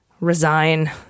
resign